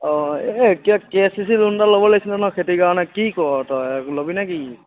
অঁ এতিয়া K C C loan এটা ল'ব লাগিছিল নহয় খেতিৰ কাৰণে কি কৱ তই লবি নেকি